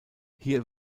hier